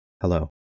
Hello